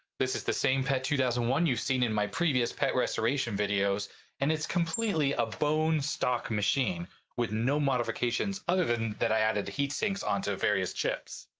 this is the same pet two thousand and one you've seen in my previous pet restoration videos and it's completely a bone stock machine with no modifications other than that i added heatsinks on to various chips.